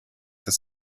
das